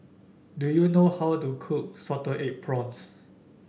do you know how to cook Salted Egg Prawns